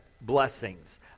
blessings